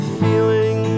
feeling